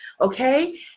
okay